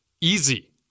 easy